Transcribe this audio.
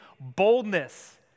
boldness